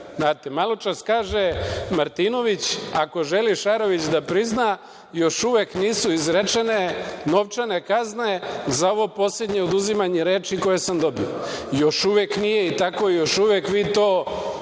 kaže Martinović - ako želiš Šarović da prizna, još uvek nisu izrečene novčane kazne za ovo poslednje oduzimanje reči koje sam dobio. Još uvek nije tako, još uvek vi to niste